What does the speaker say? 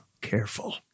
careful